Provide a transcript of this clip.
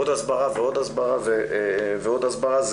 עוד הסברה ועוד הסברה ועוד הסברה,